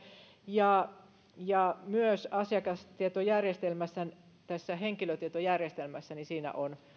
ja ja myös asiakastietojärjestelmässä tässä henkilötietojärjestelmässä on